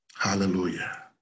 Hallelujah